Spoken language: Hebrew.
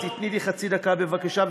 תני לי חצי דקה, בבקשה.